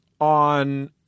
on